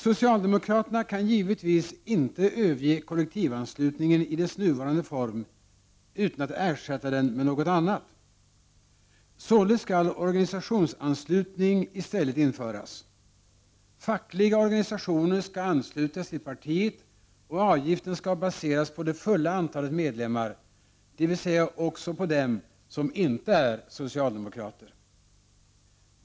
Socialdemokraterna kan givetvis inte överge kollektivanslutningen i dess nuvarande form utan att ersätta den med något annat. Således skall organisationsanslutning i stället införas. Fackliga organisationer skall anslutas till partiet, och avgiften skall baseras på det fulla antalet medlemmar, dvs. också på dem som inte är socialdemokrater.